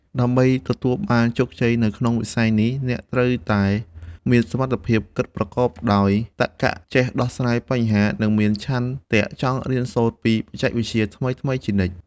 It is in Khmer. ដើម្បីទទួលបានជោគជ័យនៅក្នុងវិស័យនេះ អ្នកត្រូវតែមានសមត្ថភាពគិតប្រកបដោយតក្ក ចេះដោះស្រាយបញ្ហា និងមានឆន្ទៈចង់រៀនសូត្រពីបច្ចេកវិទ្យាថ្មីៗជានិច្ច។